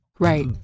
Right